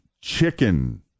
chicken